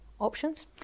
options